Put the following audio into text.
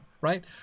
Right